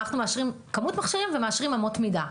אנחנו מאשרים כמות מכשירים, ומאשרים אמות מידה.